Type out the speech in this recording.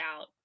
out